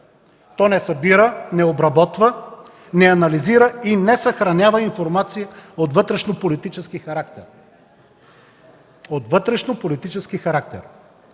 То не събира, не обработва, не анализира и не съхранява информация от вътрешнополитически характер”. „От вътрешнополитически характер”,